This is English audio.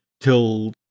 till